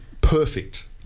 perfect